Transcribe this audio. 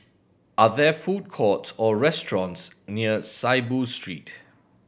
are there food courts or restaurants near Saiboo Street